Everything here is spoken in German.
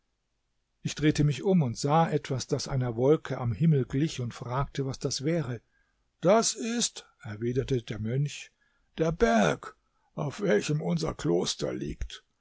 ich drehte mich um und sah etwas das einer wolke am himmel glich und fragte was das wäre das ist erwiderte der mönch der berg auf welchem unser kloster liegt